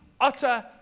utter